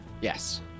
Yes